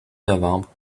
novembre